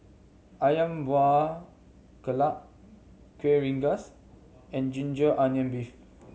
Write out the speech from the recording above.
Ayam Buah Keluak Kueh Rengas and ginger onion beef